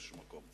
באיזשהו מקום.